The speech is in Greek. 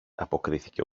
αποκρίθηκε